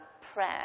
prayer